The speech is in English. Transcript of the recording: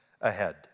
ahead